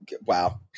Wow